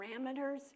parameters